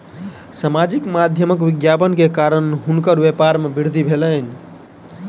सामाजिक माध्यमक विज्ञापन के कारणेँ हुनकर व्यापार में वृद्धि भेलैन